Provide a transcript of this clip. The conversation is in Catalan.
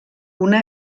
una